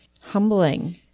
humbling